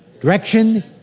Direction